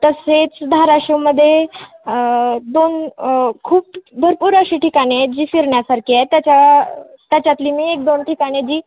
तसेच धाराशिवमध्ये दोन खूप भरपूर अशी ठिकाणे आहेत जी फिरण्यासारखी आहेत त्याच्या त्याच्यातली मी एक दोन ठिकाणे जी